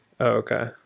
Okay